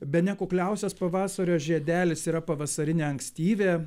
bene kukliausias pavasario žiedelis yra pavasarinė ankstyvė